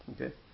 Okay